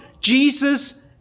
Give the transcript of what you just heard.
Jesus